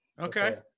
Okay